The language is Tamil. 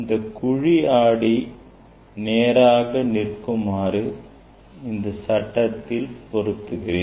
இந்த குழிஆடி நேராக நிற்குமாறு இச்சட்டத்தில் பொருத்துகிறேன்